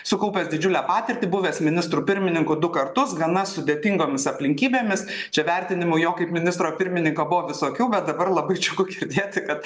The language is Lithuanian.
sukaupęs didžiulę patirtį buvęs ministru pirmininku du kartus gana sudėtingomis aplinkybėmis čia vertinimu jo kaip ministro pirmininko buvo visokių bet dabar labai džiugu girdėti kad